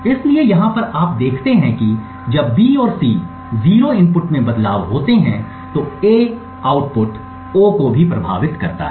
इसलिए यहाँ पर आप देखते हैं कि जब B और C 0 इनपुट में बदलाव होते हैं तो A आउटपुट O को भी प्रभावित करता है